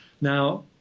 Now